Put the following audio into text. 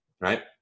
right